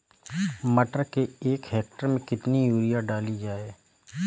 मटर के एक हेक्टेयर में कितनी यूरिया डाली जाए?